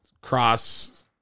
Cross